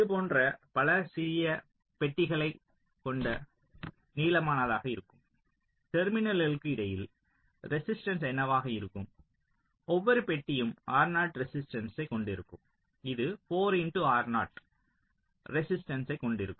இதுபோன்ற பல சிறிய பெட்டிகளைக் கொண்ட நீளமானதாக இருக்கும் டெர்மினல்களுக்கு இடையில் ரெசிஸ்டன்ஸ் என்னவாக இருக்கும் ஒவ்வொரு பெட்டியும் ரெசிஸ்டன்ஸ்யை கொண்டிருக்கும் இது ரெசிஸ்டன்ஸ்யை கொண்டிருக்கும்